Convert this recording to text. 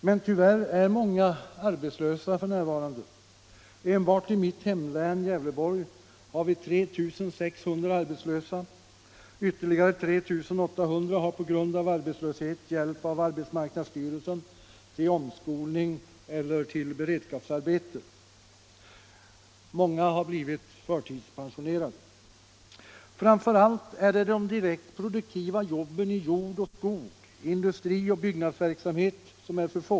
Men tyvärr är många arbetslösa f. n. Enbart i mitt hemlän, Gävleborgs län, har vi 3 600 arbetslösa. Ytterligare 3 800 har på grund av arbetslöshet hjälp av arbetsmarknadsstyrelsen till omskolning eller i beredskapsarbeten. Många har blivit förtidspensionerade. Framför allt är det de direkt produktiva jobben i jordbruk, skog, industri och byggnadsverksamhet som är för få.